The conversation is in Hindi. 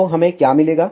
तो हमें क्या मिलेगा